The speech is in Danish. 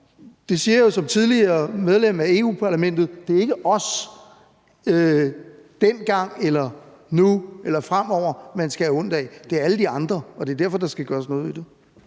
det siger jeg jo som tidligere medlem af Europa-Parlamentet; det er ikke os, dengang, nu eller fremover, man skal have ondt af, det er alle de andre, og det er derfor, der skal gøres noget ved det.